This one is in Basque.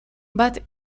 bat